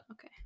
Okay